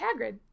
hagrid